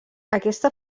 aquesta